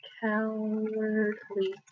cowardly